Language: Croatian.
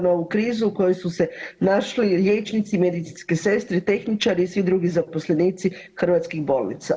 No u krizi u kojoj su se našli liječnici, medicinske sestre, tehničari, svi drugi zaposlenici hrvatskih bolnica.